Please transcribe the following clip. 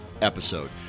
episode